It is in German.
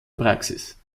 praxis